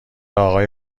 اقای